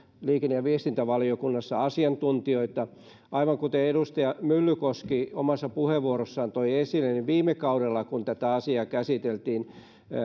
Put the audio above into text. liikenne ja viestintävaliokunnassa asiantuntijoita aivan kuten edustaja myllykoski omassa puheenvuorossaan toi esille niin viime kaudella kun tätä asiaa käsiteltiin